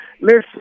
listen